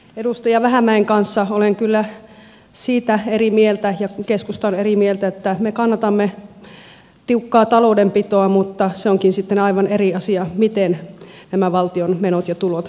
edustaja vähämäen kanssa olen kyllä siitä eri mieltä ja keskusta on eri mieltä että me kannatamme tiukkaa taloudenpitoa mutta se onkin sitten aivan eri asia miten nämä valtion menot ja tulot tasapainotetaan